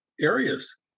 areas